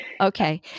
Okay